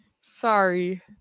Sorry